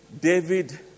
David